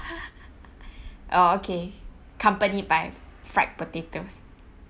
oh okay accompany by fried potatoes